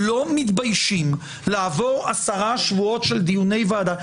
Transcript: לא מתביישים לעבור עשרה שבועות של דיוני ועדה,